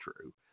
true